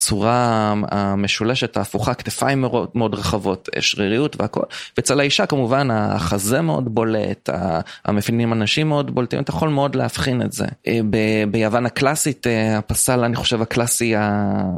הצורה המשולשת ההפוכה, כתפיים מאוד רחבות, שריריות והכל ואצל האישה כמובן החזה מאוד בולט, המאפיינים הנשיים מאוד בולטים, אתה יכול מאוד להבחין את זה. ביוון הקלאסית הפסל אני חושב הקלאסי.